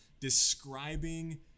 describing